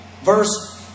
verse